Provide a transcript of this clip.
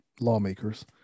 lawmakers